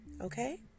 okay